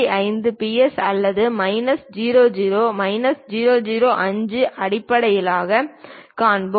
5 plus அல்லது minus 00 minus 005 அடிப்படையில் காண்பிப்போம்